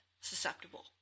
susceptible